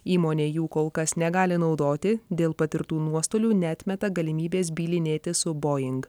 įmonė jų kol kas negali naudoti dėl patirtų nuostolių neatmeta galimybės bylinėtis su boing